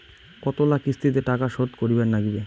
কতোলা কিস্তিতে টাকা শোধ করিবার নাগীবে?